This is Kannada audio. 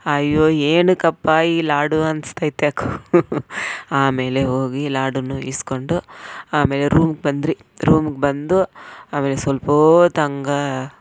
ಅಯ್ಯೋ ಏನಕ್ಕಪ್ಪಾ ಈ ಲಾಡು ಅನ್ಸ್ತೈತೆ ಅಕ್ಕ ಆಮೇಲೆ ಹೋಗಿ ಲಾಡುನೂ ಈಸ್ಕೊಂಡು ಆಮೇಲೆ ರೂಮಿಗೆ ಬಂದ್ವಿ ರೂಮಿಗೆ ಬಂದು ಆಮೇಲೆ ಸ್ವಲ್ಪೊತ್ತು ಹಂಗೆ